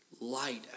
Light